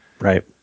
Right